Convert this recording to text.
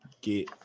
get